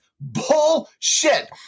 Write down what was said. Bullshit